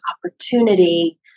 opportunity